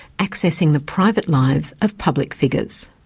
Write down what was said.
accessing the private lives of public figures.